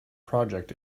project